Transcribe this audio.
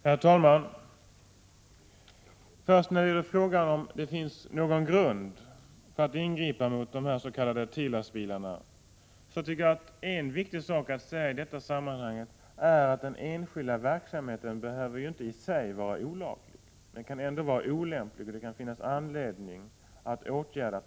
Herr talman! När det gäller frågan om huruvida det finns någon grund för att ingripa mot de s.k. TIR-lastbilarna är det viktigt att framhålla en sak, nämligen att den enskilda verksamheten i sig inte behöver vara olaglig, men den kan ändå vara olämplig, så att det kan finnas anledning att ingripa.